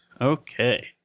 Okay